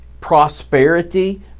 prosperity